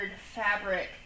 fabric